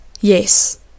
Yes